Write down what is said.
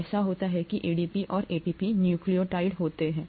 ऐसा होता है कि ADP और ATP न्यूक्लियोटाइड होते हैं